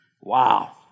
Wow